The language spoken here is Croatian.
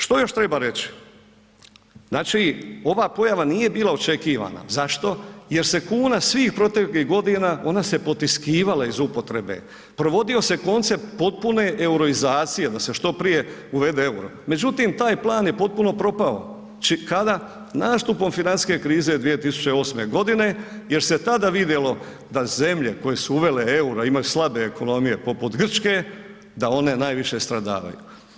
Što još treba reći, znači ova pojava nije bila očekivana, zašto, jer se kuna svih proteklih godina, ona se potiskivala iz upotrebe, provodio se koncept potpune erotizacije da se što prije uvede EUR-o, međutim taj plan je potpuno propao, kada, nastupom financijske krize 2008.g. jer se tada vidjelo da zemlje koje su uvele EUR-o, a imaju slabe ekonomije poput Grčke, da one najviše stradavaju.